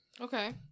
Okay